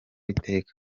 iteka